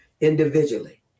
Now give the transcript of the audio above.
individually